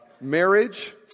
marriage